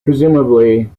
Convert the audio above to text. presumably